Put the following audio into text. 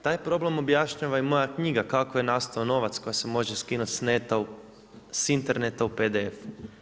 Taj problem objašnjava i moja knjiga „Kako je nastao novac“ koja se može skinuti sa interneta u PDF-u.